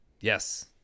yes